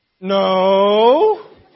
No